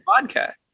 Vodka